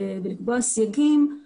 להגביל את